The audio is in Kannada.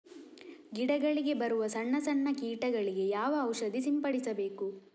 ಗಿಡಗಳಿಗೆ ಬರುವ ಸಣ್ಣ ಸಣ್ಣ ಕೀಟಗಳಿಗೆ ಯಾವ ಔಷಧ ಸಿಂಪಡಿಸಬೇಕು?